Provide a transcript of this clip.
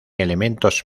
elementos